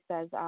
says